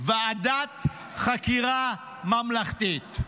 ועדת חקירה ממלכתית.